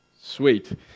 sweet